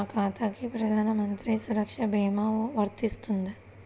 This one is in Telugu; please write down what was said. నా ఖాతాకి ప్రధాన మంత్రి సురక్ష భీమా వర్తిస్తుందా?